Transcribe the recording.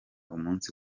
umunsi